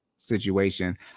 situation